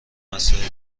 مسائلی